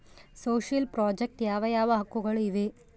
Social project ಯಾವ ಯಾವ ಹಕ್ಕುಗಳು ಇವೆ?